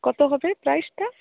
কতো হবে প্রাইসটা